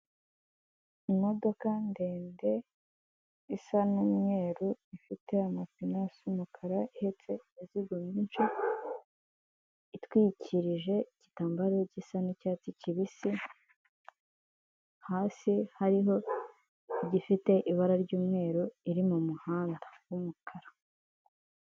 Imodoka ndende isa n'umweru ifite amapine asa umukara ihetse imiziguye myinshi itwikirije igitambaro gisa n'icyatsi kibisi hasi hariho igifite ibara ry'umweru iri mu muhanda w'umukara.